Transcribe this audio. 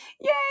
Yay